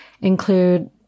include